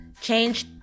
change